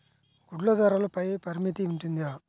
గుడ్లు ధరల పై పరిమితి ఉంటుందా?